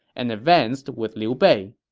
and advanced with liu bei.